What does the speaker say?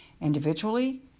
individually